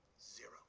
Zero